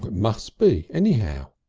but must be anyhow.